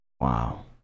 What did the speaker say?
Wow